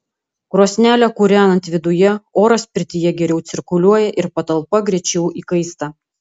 krosnelę kūrenant viduje oras pirtyje geriau cirkuliuoja ir patalpa greičiau įkaista